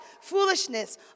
foolishness